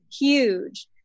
huge